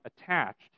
attached